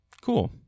Cool